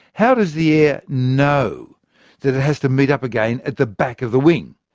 how does the air know that it has to meet up again at the back of the wing?